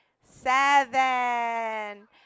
seven